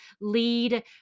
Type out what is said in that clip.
lead